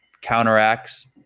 counteracts